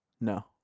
No